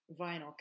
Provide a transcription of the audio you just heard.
vinyl